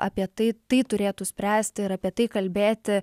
apie tai tai turėtų spręsti ir apie tai kalbėti